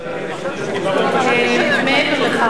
מעבר לכך,